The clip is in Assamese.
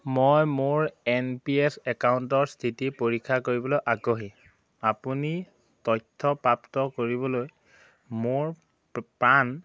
মই মোৰ এন পি এছ একাউণ্টৰ স্থিতি পৰীক্ষা কৰিবলৈ আগ্ৰহী আপুনি তথ্য প্ৰাপ্ত কৰিবলৈ মোৰ পান